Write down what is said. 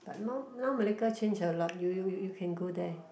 but now now Malacca change a lot you you you can go there